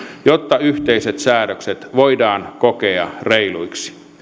jotta yhteiset säädökset voidaan kokea reiluiksi